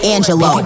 Angelo